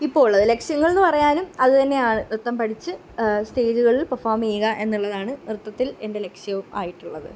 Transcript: ഇപ്പോൾ ഉള്ളത് ലക്ഷ്യങ്ങളെന്ന് പറയാനും അത് തന്നെയാണ് നൃത്തം പഠിച്ച് സ്റ്റേജുകളിൽ പെർഫോം ചെയ്യുക എന്നുള്ളതാണ് നൃത്തത്തിൽ എൻ്റെ ലക്ഷ്യവും ആയിട്ടുള്ളത്